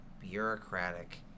bureaucratic